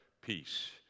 peace